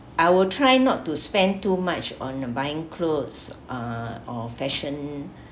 I will try not to spend too much on buying clothes uh or fashion